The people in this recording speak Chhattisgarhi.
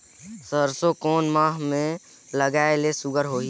सरसो कोन माह मे लगाय ले सुघ्घर होही?